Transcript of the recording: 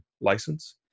license